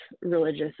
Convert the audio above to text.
religious